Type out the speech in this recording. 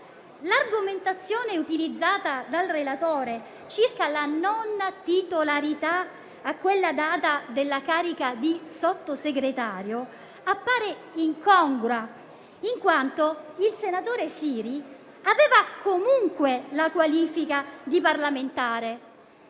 L'argomentazione utilizzata dal relatore circa la non titolarità, a quella data, della carica di Sottosegretario appare incongrua, in quanto il senatore Siri aveva comunque la qualifica di parlamentare